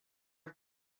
have